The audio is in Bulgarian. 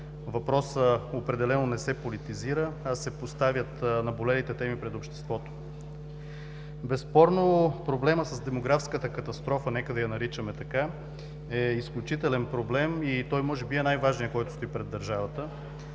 въпросът определено не се политизира, а се поставят наболелите теми пред обществото. Безспорно проблемът с демографската катастрофа – нека да я наричаме така, е изключителен проблем и той може би е най-важният, който стои пред държавата.